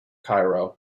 cairo